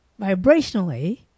vibrationally